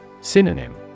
Synonym